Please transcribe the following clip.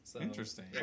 Interesting